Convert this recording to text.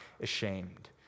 ashamed